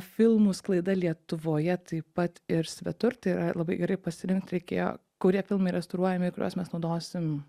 filmų sklaida lietuvoje taip pat ir svetur tai yra labai gerai pasirinkt reikėjo kurie filmai restauruojami kuriuos mes naudosim